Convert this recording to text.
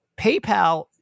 PayPal